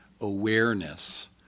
awareness